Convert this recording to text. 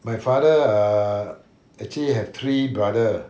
my father err actually have three brother